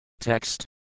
Text